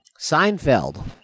Seinfeld